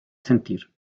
sentir